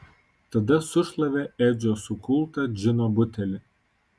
tada sušlavė edžio sukultą džino butelį